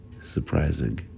surprising